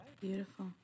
Beautiful